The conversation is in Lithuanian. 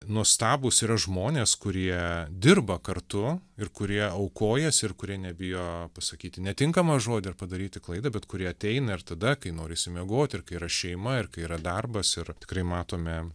nuostabūs yra žmonės kurie dirba kartu ir kurie aukojasi ir kurie nebijo pasakyti netinkamą žodį ar padaryti klaidą bet kurie ateina ir tada kai norisi miegoti ir kai yra šeima ir kai yra darbas ir tikrai matome